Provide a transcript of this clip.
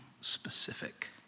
specific